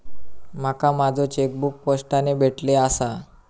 माका माझो चेकबुक पोस्टाने भेटले आसा